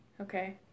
Okay